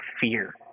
fear